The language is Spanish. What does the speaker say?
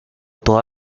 toda